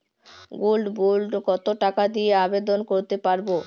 Gold bond কত টাকা দিয়ে আবেদন করতে পারবো?